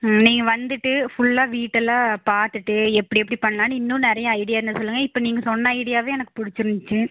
நீங்கள் வந்துவிட்டு ஃபுல்லாக வீட்டெல்லாம் பார்த்துட்டு எப்படி எப்படி பண்ணலான்னு இன்னும் நிறையா ஐடியா இருந்தால் சொல்லுங்கள் இப்போ நீங்கள் சொன்ன ஐடியாவே எனக்கு பிடிச்சிருந்துச்சி